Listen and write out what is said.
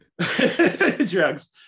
drugs